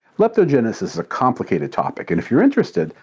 leptogenesis is a complicated topic and, if you're interested,